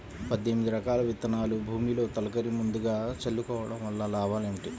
పద్దెనిమిది రకాల విత్తనాలు భూమిలో తొలకరి ముందుగా చల్లుకోవటం వలన లాభాలు ఏమిటి?